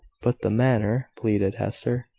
but the manner, pleaded hester.